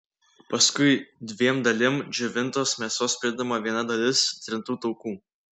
paskui dviem dalim džiovintos mėsos pridedama viena dalis trintų taukų